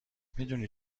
میدونی